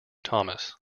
thomas